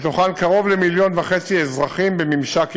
מתוכן לקרוב ל-1.5 מיליון אזרחים בממשק ישיר.